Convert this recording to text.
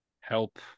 help